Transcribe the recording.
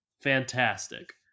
Fantastic